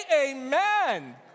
amen